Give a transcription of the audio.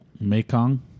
Mekong